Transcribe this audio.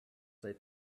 they